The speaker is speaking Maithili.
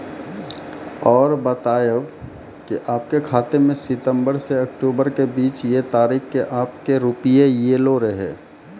और बतायब के आपके खाते मे सितंबर से अक्टूबर के बीज ये तारीख के आपके के रुपिया येलो रहे?